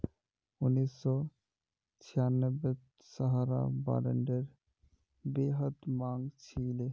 उन्नीस सौ छियांबेत सहारा बॉन्डेर बेहद मांग छिले